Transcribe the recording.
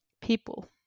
people